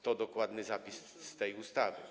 To dokładny zapis z tej ustawy.